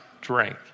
drink